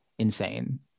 insane